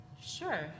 Sure